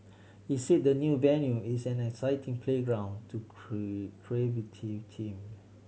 he said the new venue is an exciting playground to creative team